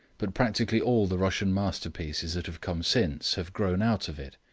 but practically all the russian masterpieces that have come since have grown out of it,